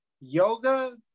yoga